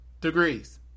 degrees